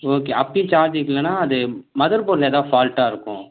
okay அப்படியும் charge நிற்கலனா அது மதர்போர்ட்டில் ஏதாவது ஃபால்ட்டாக இருக்கும்